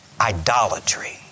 idolatry